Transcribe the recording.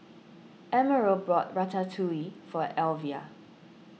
Emerald bought Ratatouille for Elvia